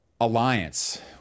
alliance